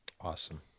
awesome